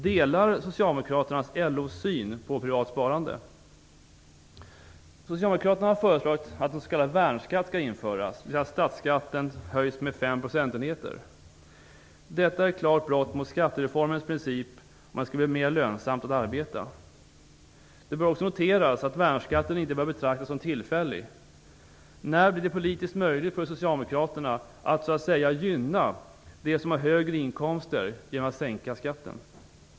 Delar Socialdemokraterna har föreslagit att en s.k. procentenheter. Detta är ett klart brott mot skattereformens princip om att det skall bli mer lönsamt att arbeta. Det bör också noteras att värnskatten inte bör betraktas som tillfällig. När blir det politiskt möjligt för Socialdemokraterna att så att säga gynna de som har högre inkomster genom att sänka skatten?